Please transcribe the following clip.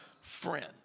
friend